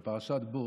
בפרשת בא,